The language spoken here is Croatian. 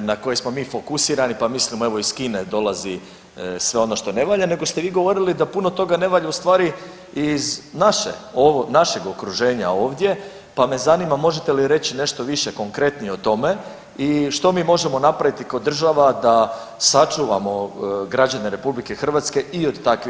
na koje smo mi fokusirani pa mislimo evo iz Kine dolazi sve ono što ne valja, nego ste vi govorili da puno toga ne valja u stvari iz naše, našeg okruženja ovdje pa me zanima možete li reći nešto više konkretnije o tome i što mi možemo napraviti kao država da sačuvamo građane RH i od takvih proizvoda.